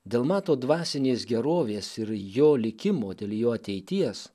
dėl mato dvasinės gerovės ir jo likimo dėl jo ateities